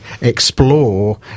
explore